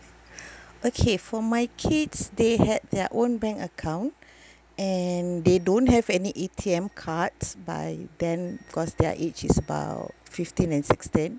okay for my kids they had their own bank account and they don't have any A_T_M cards by then cause their age is about fifteen and sixteen